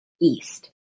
east